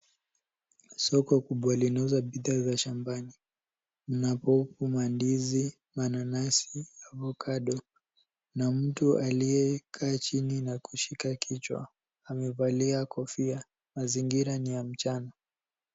Soko kubwa linauza bidhaa za shambani, mna popo, mandizi, mananasi, avocado na mtu aliyekaa chini na kushika kichwa amevalia kofia, mazingira ni ya mchana.